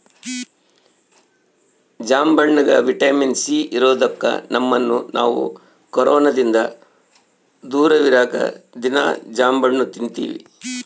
ಜಾಂಬಣ್ಣಗ vitamin C ಇರದೊಕ್ಕ ನಮ್ಮನ್ನು ನಾವು ಕೊರೊನದಿಂದ ದೂರವಿರಕ ದೀನಾ ಜಾಂಬಣ್ಣು ತಿನ್ತಿವಿ